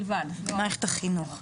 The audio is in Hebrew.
מערכת החינוך בלבד.